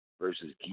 versus